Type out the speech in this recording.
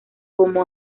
como